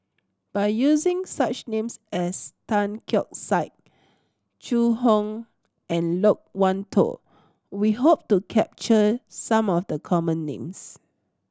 by using such names as Tan Keong Saik Zhu Hong and Loke Wan Tho we hope to capture some of the common names